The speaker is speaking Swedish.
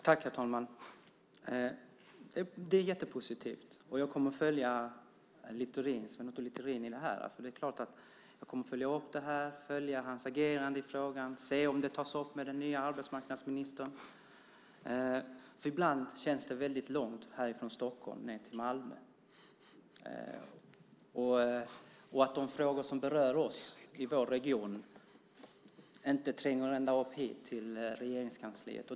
Herr talman! Det är jättepositivt. Jag kommer att följa Sven Otto Littorins agerande i frågan för att se om den tas upp med den nya arbetsmarknadsministern. Ibland känns det väldigt långt mellan Stockholm och Malmö. De frågor som berör oss i vår region tränger inte ända upp hit till Regeringskansliet.